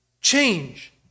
change